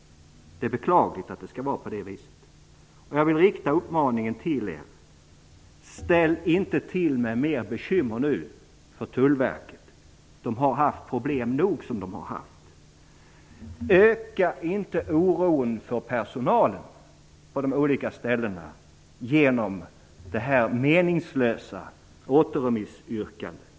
Det är beklagligt att det skall vara på det viset. Jag vill rikta en uppmaning till er: Ställ inte till med mer bekymmer för Tullverket! Man har haft nog med problem. Öka inte oron bland personalen på de olika ställena genom detta meningslösa återremissyrkande!